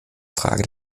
frage